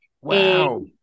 wow